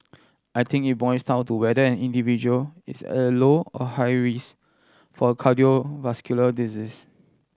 I think it boils down to whether an individual is at low or high risk for cardiovascular disease